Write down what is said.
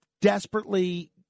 desperately